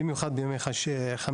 במיוחד בימי חמישי-שישי-שבת.